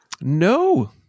No